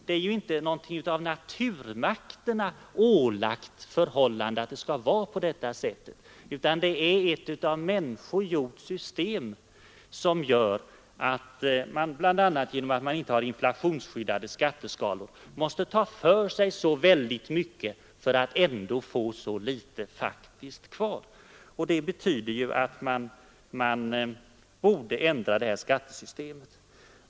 Det är ju inte något av naturmakterna ålagt förhållande att det skall vara på det sättet, utan det är ett av människor gjort system — bl.a. genom att vi inte har inflationsskyddade skatteskalor — som gör att folk måste ta för sig väldigt mycket i nominella löneökningar och faktiskt ändå får så litet kvar. Detta betyder att vi nu bör ändra skattesystemet.